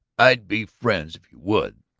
i'd be friends if you would.